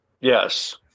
Yes